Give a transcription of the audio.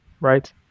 right